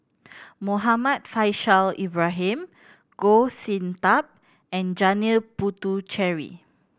Muhammad Faishal Ibrahim Goh Sin Tub and Janil Puthucheary